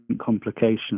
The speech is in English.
complications